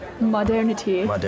modernity